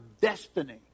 destiny